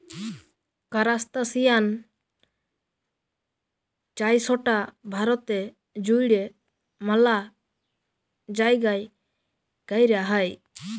কারাস্তাসিয়ান চাইশটা ভারতে জুইড়ে ম্যালা জাইগাই কৈরা হই